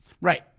right